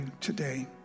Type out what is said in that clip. today